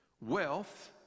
wealth